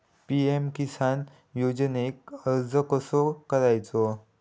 PM Kisan योजनेक अर्ज कसो करायचो?